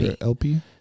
LP